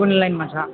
कुन लाइनमा छ